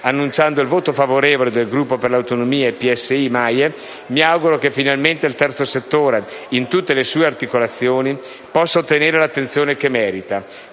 Dichiarando il voto favorevole del Gruppo Per le Autonomie-PSI-MAIE, mi auguro che finalmente il terzo settore, in tutte le sue articolazioni, possa ottenere l'attenzione che merita.